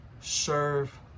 serve